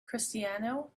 cristiano